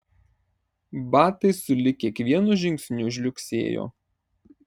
batai sulig kiekvienu žingsniu žliugsėjo